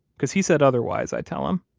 cause he said otherwise, i tell him.